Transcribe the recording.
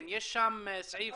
כן, יש שם סעיף